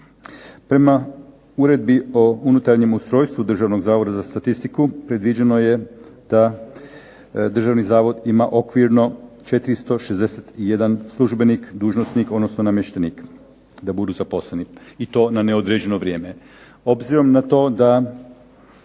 Prema uredbi o unutarnjem ustrojstvu Državnog zavoda za statistiku predviđeno je da Zavod ima okvirno 461 službenik, dužnosnik, odnosno namještenik da budu zaposleni i to na neodređeno vrijeme. Obzirom na to da